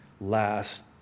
last